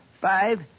five